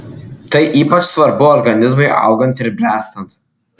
tai ypač svarbu organizmui augant ir bręstant